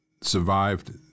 survived